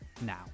Now